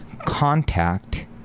contact